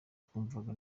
twumvaga